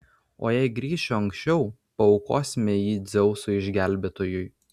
o jei grįšiu anksčiau paaukosime jį dzeusui išgelbėtojui